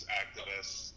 activists